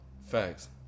Facts